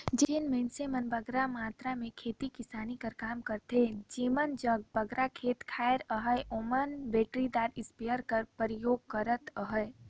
जेन मइनसे मन बगरा मातरा में खेती किसानी कर काम करथे जेमन जग बगरा खेत खाएर अहे ओमन बइटरीदार इस्पेयर कर परयोग करत अहें